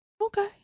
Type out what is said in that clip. okay